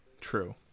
True